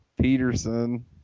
Peterson